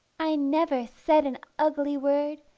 i never said an ugly word,